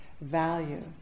value